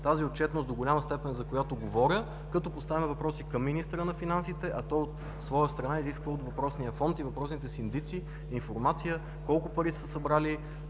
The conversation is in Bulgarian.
тази отчетност до голяма степен, за която говоря, като поставяме въпроси към министъра на финансите, а той от своя страна, изисква от въпросния Фонд и въпросните синдици информация колко пари са събрали